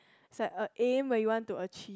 it's like a aim you want to achieve